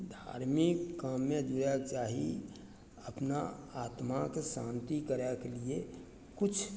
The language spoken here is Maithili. धार्मिक काममे जुड़यके चाही अपना आत्माके शान्ति करयके लिए किछु